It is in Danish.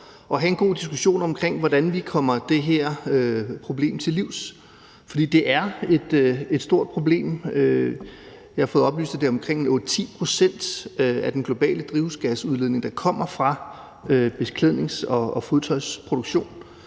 at have en god diskussion om, hvordan vi kommer det her problem til livs. For det er et stort problem. Jeg har fået oplyst, at det er omkring 8-10 pct. af den globale drivhusgasudledning, der kommer fra beklædnings- og fodtøjsproduktion.